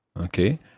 Okay